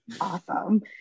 Awesome